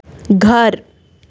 घर